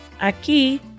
Aquí